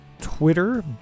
Twitter